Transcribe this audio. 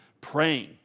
praying